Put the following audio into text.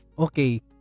Okay